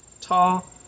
tall